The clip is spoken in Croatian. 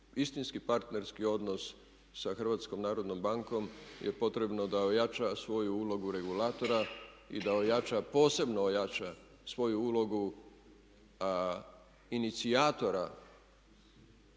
istinski partnerski odnos sa Hrvatskom narodnom bankom je potrebno da ojača svoju ulogu regulatora i da ojača, posebno ojača svoju ulogu inicijatora